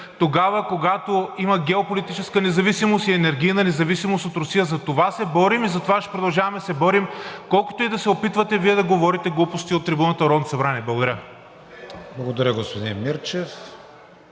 тогава, когато има геополитическа независимост и енергийна независимост от Русия. За това се борим и за това ще продължаваме да се борим, колкото и да се опитвате вие да говорите глупости от трибуната на Народното събрание.